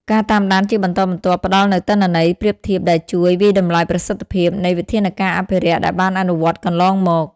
ការតាមដានជាបន្តបន្ទាប់ផ្តល់នូវទិន្នន័យប្រៀបធៀបដែលជួយ វាយតម្លៃប្រសិទ្ធភាព នៃវិធានការអភិរក្សដែលបានអនុវត្តកន្លងមក។